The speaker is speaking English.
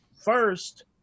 First